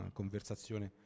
conversazione